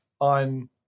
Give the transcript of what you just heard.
on